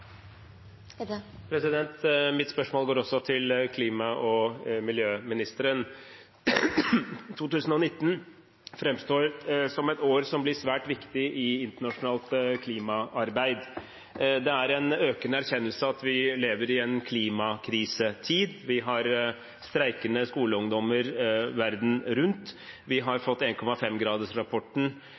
miljøministeren. 2019 framstår som et år som blir svært viktig i internasjonalt klimaarbeid. Det er en økende erkjennelse av at vi lever i en klimakrisetid. Vi har streikende skoleungdommer verden rundt. Vi har fått